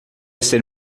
ser